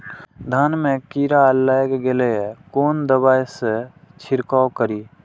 धान में कीरा लाग गेलेय कोन दवाई से छीरकाउ करी?